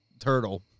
turtle